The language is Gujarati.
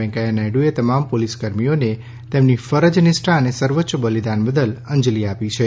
વેંકૈયા નાયડુએ તમામ પોલીસ કર્મીઓને તેમની ફરજ નિષ્ઠા અને સર્વોચ્ય બલિદાન બદલ અંજલિ અર્પી છે